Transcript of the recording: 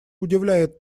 удивляет